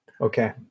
Okay